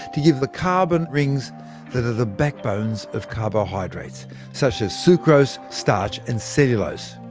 to give the carbon rings the the backbones of carbohydrates such as sucrose, starch and cellulose.